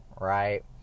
right